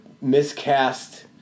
miscast